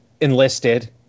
enlisted